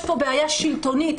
יש פה בעיה שלטונית.